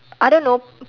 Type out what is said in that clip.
I don't know